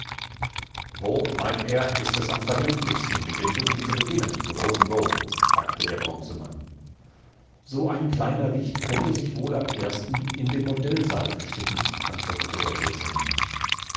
wo meint er ist es am vernünftigsten mit dem suchen zu beginnen rosenbom fragtederbronzemann so ein kleiner wicht könnte sich wohl am ersten in dem modellsaal verstecken antwortetederhölzernemann auf